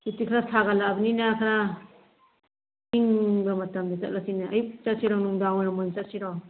ꯍꯧꯖꯤꯛꯇꯤ ꯈꯔ ꯁꯥꯒꯠꯂꯛꯑꯕꯅꯤꯅ ꯈꯔ ꯏꯪꯕ ꯃꯇꯝꯗ ꯆꯠꯂꯁꯤꯅꯦ ꯑꯌꯨꯛꯇ ꯆꯠꯁꯤꯔꯣ ꯅꯨꯉꯡꯗꯥꯡꯋꯥꯏꯔꯝ ꯑꯣꯏ ꯆꯠꯁꯤꯔꯣ